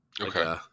Okay